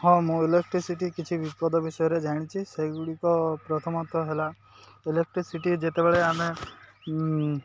ହଁ ମୁଁ ଇଲେକ୍ଟ୍ରିସିଟି କିଛି ବିପଦ ବିଷୟରେ ଜାଣିଛି ସେଗୁଡ଼ିକ ପ୍ରଥମତଃ ହେଲା ଇଲେକ୍ଟ୍ରିସିଟି ଯେତେବେଳେ ଆମେ